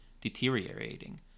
deteriorating